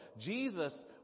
Jesus